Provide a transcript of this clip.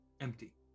empty